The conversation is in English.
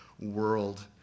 world